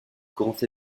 grand